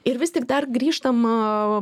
ir vis tik dar grįžtam aaa